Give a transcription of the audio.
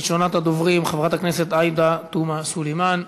ראשונת הדוברים, חברת הכנסת עאידה תומא סלימאן,